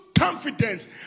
Confidence